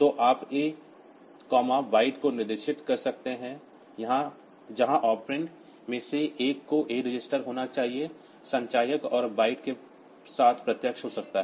तो आप A comma byte को निर्दिष्ट कर सकते हैं जहां ऑपरेंड में से एक को A रजिस्टर होना चाहिए अक्सुमुलेटर और बाइट के साथ प्रत्यक्ष हो सकता है